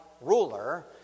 ruler